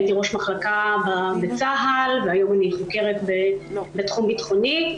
הייתי ראש מחלקה בצה"ל והיום אני חוקרת בתחום ביטחוני.